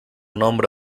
nombre